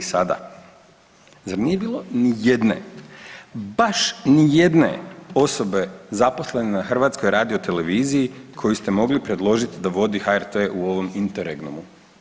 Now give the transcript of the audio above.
Zar nije bilo ni jedne, baš ni jedne osobe zaposlene na HRT-u koju ste mogli predložiti da vodi HRT u ovom interregnumu.